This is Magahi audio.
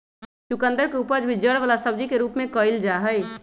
चुकंदर के उपज भी जड़ वाला सब्जी के रूप में कइल जाहई